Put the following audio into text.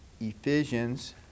Ephesians